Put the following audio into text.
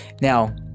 Now